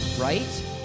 right